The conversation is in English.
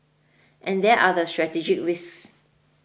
and there are the strategic risks